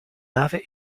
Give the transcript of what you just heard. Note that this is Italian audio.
nave